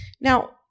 Now